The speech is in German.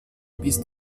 bis